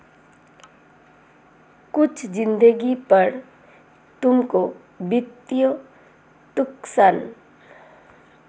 कुछ जगहों पर तुमको वित्तीय नुकसान भी उठाने पड़ सकते हैं